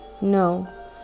No